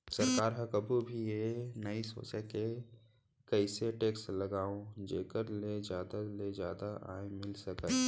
सरकार ह कभू भी ए नइ सोचय के कइसे टेक्स लगावन जेखर ले जादा ले जादा आय मिल सकय